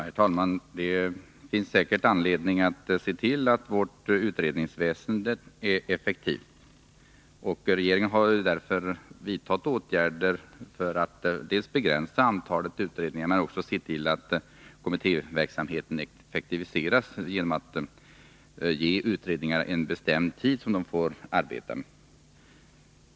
Herr talman! Det finns säkert anledning att se till att vårt utredningsväsende är effektivt. Regeringen har därför vidtagit åtgärder för att dels begränsa antalet utredningar, dels se till att kommittéverksamheten effektiviseras. Detta senare försöker man åstadkomma genom att ge utredningar en bestämd tid för sitt arbete.